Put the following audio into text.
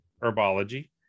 herbology